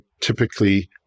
typically